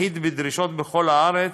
אחיד בדרישות בכל הארץ,